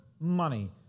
money